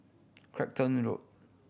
Clacton Road